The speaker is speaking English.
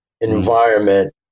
environment